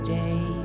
day